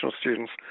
students